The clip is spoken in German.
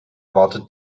wartet